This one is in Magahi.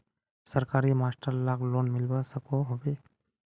सरकारी मास्टर लाक लोन मिलवा सकोहो होबे?